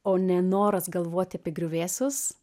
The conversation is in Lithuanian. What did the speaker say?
o nenoras galvoti apie griuvėsius